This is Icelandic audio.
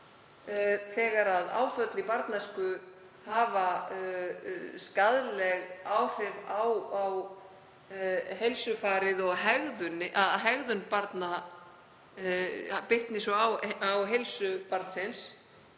þegar áföll í barnæsku hafa skaðleg áhrif á heilsufarið og hegðun barna bitnar svo á heilsu barnsins